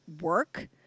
work